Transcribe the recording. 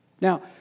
Now